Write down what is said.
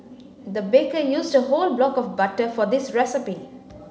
the baker used a whole block of butter for this recipe